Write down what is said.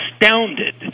astounded